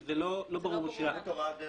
זה לא ברור בכלל.